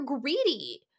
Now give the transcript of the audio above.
greedy